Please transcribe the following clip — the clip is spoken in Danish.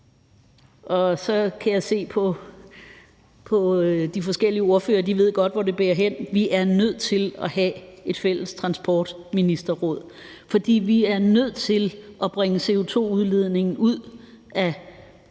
Så kan jeg se på de forskellige ordførere, at de godt ved, hvor det bærer hen. Vi er nødt til at have et fælles ministerråd for transport, for vi er nødt til at bringe CO2-udledningen ned, altså